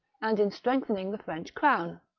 and in strengthening the french crown.